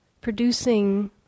producing